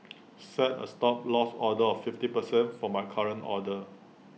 set A Stop Loss order of fifty percent for my current order